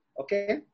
okay